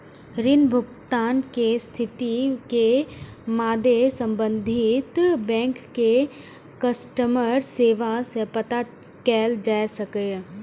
ऋण भुगतान के स्थिति के मादे संबंधित बैंक के कस्टमर सेवा सं पता कैल जा सकैए